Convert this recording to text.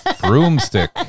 Broomstick